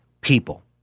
People